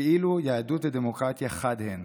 כאילו יהדות ודמוקרטיה חד הן,